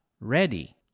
ready